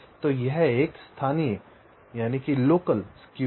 तो यह स्थानीय तिरछा है